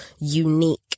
unique